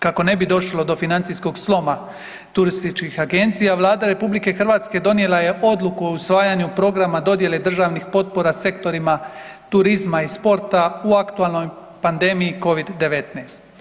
Kako ne bi došlo do financijskog sloma turističkih agencija Vlada RH donijela je odluku o usvajanju programa dodijele državnih potpora sektorima turizma i sporta u aktualnoj pandemiji Covid-19.